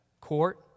Court